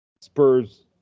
Spurs